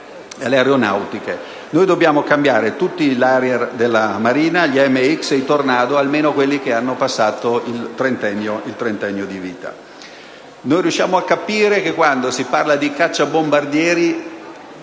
Noi dobbiamo cambiare tutti gli Harrier della Marina, gli AMX e i Tornado, almeno quelli che hanno passato il trentennio di vita.